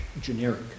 generic